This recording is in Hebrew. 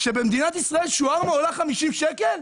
כשבמדינת ישראל שווארמה עולה 50 שקל?